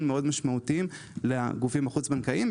מאוד משמעותיים לגופים החוץ הבנקאיים.